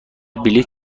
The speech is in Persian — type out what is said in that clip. بلیط